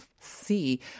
see